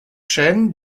chaîne